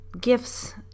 gifts